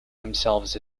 themselves